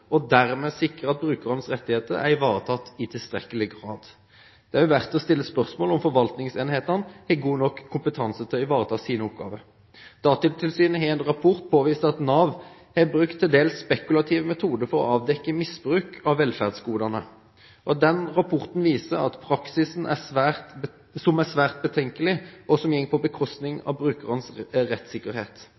og dermed sikre at brukernes rettigheter er ivaretatt i tilstrekkelig grad. Det er også verdt å stille spørsmål om forvaltningsenhetene har god nok kompetanse til å ivareta sine oppgaver. Datatilsynet har i en rapport påvist at Nav har brukt til dels spekulative metoder for å avdekke misbruk av velferdsgodene. Denne rapporten viser en praksis som er svært betenkelig, og som går på bekostning av brukernes rettssikkerhet.